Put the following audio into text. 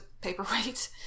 paperweight